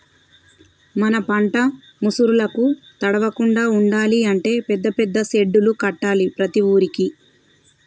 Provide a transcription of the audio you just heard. మన పంట ముసురులకు తడవకుండా ఉండాలి అంటే పెద్ద పెద్ద సెడ్డులు కట్టాలి ప్రతి ఊరుకి